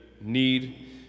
need